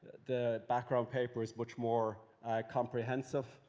the background paper is much more comprehensive.